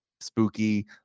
Spooky